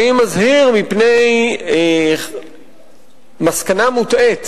אני מזהיר מפני מסקנה מוטעית